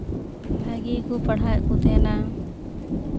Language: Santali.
ᱵᱷᱟᱜᱮ ᱜᱮᱠᱚ ᱯᱟᱲᱦᱟᱣᱮᱫ ᱠᱚ ᱛᱟᱦᱮᱱᱟ